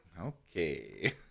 okay